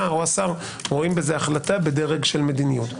או השר רואים בזה החלטה בדרג של מדיניות.